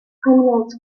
criminals